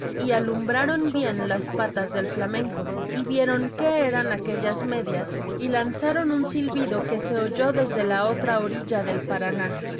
y alumbraron bien las patas del flamenco y vieron qué eran aquellas medias y lanzaron un silbido que se oyó desde la otra orilla del paraná